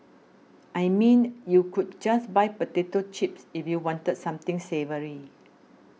I mean you could just buy potato chips if you wanted something savoury